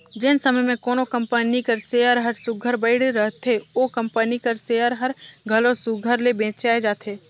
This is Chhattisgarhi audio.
जेन समे में कोनो कंपनी कर सेयर हर सुग्घर बइढ़ रहथे ओ कंपनी कर सेयर हर घलो सुघर ले बेंचाए जाथे